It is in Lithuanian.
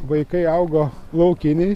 vaikai augo laukiniais